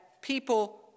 people